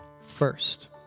first